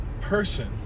person